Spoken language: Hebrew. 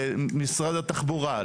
למשרד התחבורה,